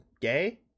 gay